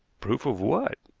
proof of what?